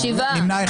נפל.